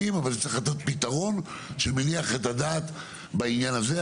אבל צריך לתת פתרון שמניח את הדעת בעניין זה.